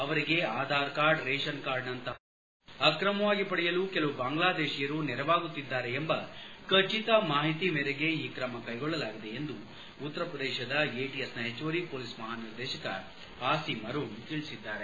ಅವರಿಗೆ Aadhaar card ration ಕಾರ್ಡ್ನಂತಹ ದಾಖಲಾತಿಗಳನ್ನು ಅಕ್ರಮವಾಗಿ ಪಡೆಯಲು ಕೆಲವು ಬಾಂಗ್ಲಾದೇಶೀಯರು ನೆರವಾಗುತ್ತಿದ್ದಾರೆ ಎಂಬ ಖಚಿತ ಮಾಹಿತಿ ಮೇರೆಗೆ ಈ ಕ್ರಮ ಕೈಗೊಳ್ಳಲಾಗಿದೆ ಎಂದು ಉತ್ತರಪ್ರದೇಶದ ಎಟಿಎಸ್ನ ಹೆಚ್ಚುವರಿ ಮೊಲೀಸ್ ಮಹಾನಿರ್ದೇಶಕ ಆಸಿಮ್ ಅರುಣ್ ತಿಳಿಸಿದ್ದಾರೆ